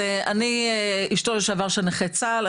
אני אשתו לשעבר של נכה צה"ל.